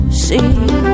see